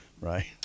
Right